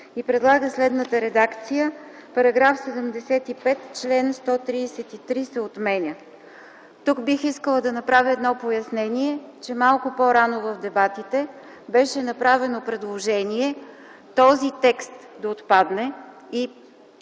и предлага следната редакция: „§ 75. Член 133 се отменя.” Тук бих искала да направя едно пояснение. Малко по-рано в дебатите беше направено предложение този текст да отпадне,